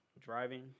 Driving